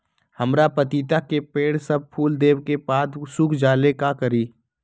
हमरा पतिता के पेड़ सब फुल देबे के बाद सुख जाले का करी?